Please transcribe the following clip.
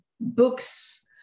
books